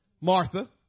Martha